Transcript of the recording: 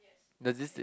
does it say